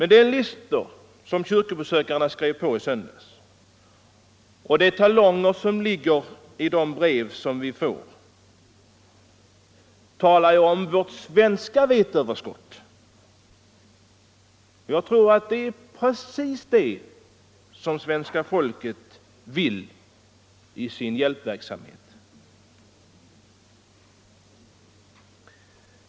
De listor som kyrkobesökarna skrev på i söndags och de talonger som ligger i de brev vi får talar om vårt svenska veteöverskott. Jag tror att det är precis det som svenska folket vill ge i sin hjälpverksamhet.